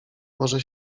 może